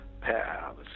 paths